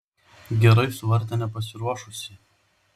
gerai suvartė nepasiruošusį